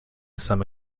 some